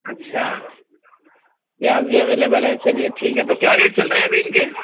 اچھا پیاز بھی اویلیبل ہے چلیے ٹھیک ہے تو کیا ریٹ چل رہے ہیں ابھی ان کے